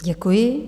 Děkuji.